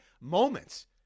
moments